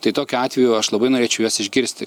tai tokiu atveju aš labai norėčiau juos išgirsti